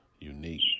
unique